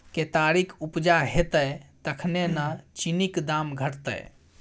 केतारीक उपजा हेतै तखने न चीनीक दाम घटतै